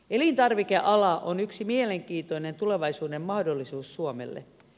elintarvikeala on yksi mielenkiintoinen tulevaisuuden mahdollisuus suomelle